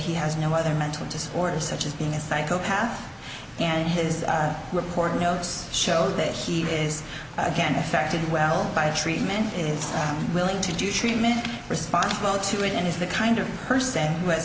he has no other mental disorders such as being a psychopath and his report notes show that he is again affected well by treatment is willing to do treatment respond well to it and is the kind of person who ha